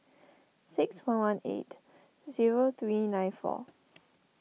six one one eight zero three nine four